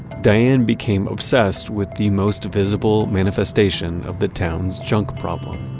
diane became obsessed with the most visible manifestation of the town's junk problem,